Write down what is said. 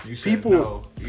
people